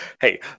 hey